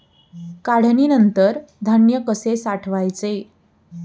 काढणीनंतर धान्य कसे साठवायचे?